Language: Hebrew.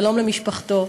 שלום למשפחתו.